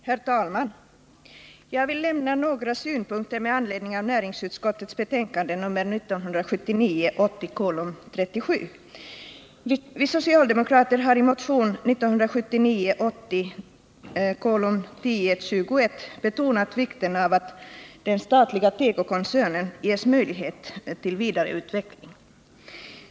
Herr talman! Jag vill lämna några synpunkter med anledning av näringsutskottets betänkande nr 1979 80:1021 betonat vikten av att den statliga tekokoncernen ges möjlighet till vidareutveckling.